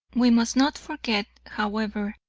we must not forget, however,